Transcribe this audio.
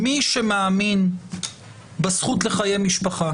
מי שמאמין בזכות לחיי משפחה